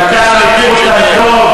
דודו רותם, אני דואג לנערות שלך,